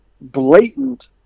blatant